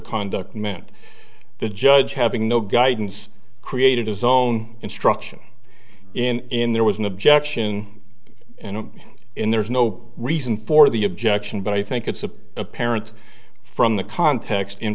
conduct meant the judge having no guidance created a zone instruction in there was an objection and in there is no reason for the objection but i think it's apparent from the context in